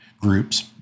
groups